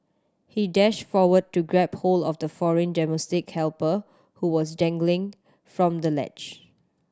he dashed forward to grab hold of the foreign domestic helper who was dangling from the ledge